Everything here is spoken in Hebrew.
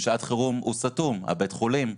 בשעת חירום בית החולים סתום,